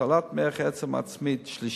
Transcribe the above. שהשתלת מח עצם שלישית